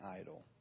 idol